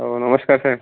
हो नमस्कार सर